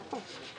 נכון.